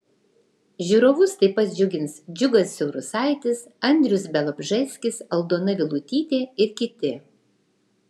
žiūrovus taip pat džiugins džiugas siaurusaitis andrius bialobžeskis aldona vilutytė ir kiti